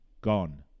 gone